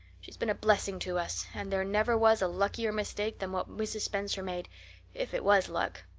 she's been a blessing to us, and there never was a luckier mistake than what mrs. spencer made if it was luck.